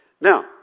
Now